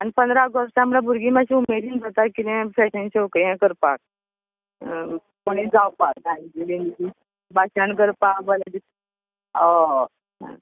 आनी पंदरा ऑगस्टाक म्हळ्या भुरगीं मातशीं उमेदीन जाता किदें फॅशन शोक हें करपाक कोणी जावपाक भाशण करपा बरें दिसता ओ आं